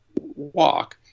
walk